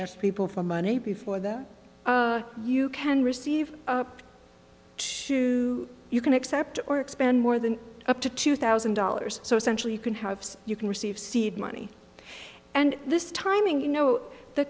ask people for money before that you can receive up to you can accept or expand more than up to two thousand dollars so essentially you can have you can receive seed money and this timing you know the